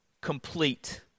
complete